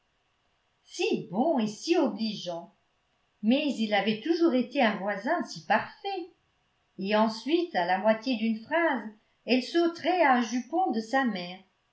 si bon et si obligeant mais il avait toujours été un voisin si parfait et ensuite à la moitié d'une phrase elle sauterait à un jupon de sa mère